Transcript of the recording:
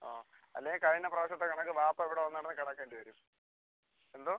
ആ അല്ലേൽ കഴിഞ്ഞ പ്രാവശ്യത്തെ കണക്ക് വാപ്പ ഇവിടെ വന്ന് കിടന്ന് കിടക്കേണ്ടി വരും എന്തൊ